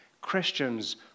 Christians